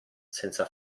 senza